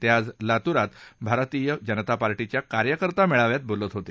ते आज लातुरात भारतीय जनता पार्थिष्या कार्यकर्ता मेळाव्यात बोलत होते